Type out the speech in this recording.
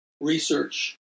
research